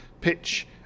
pitch